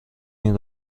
این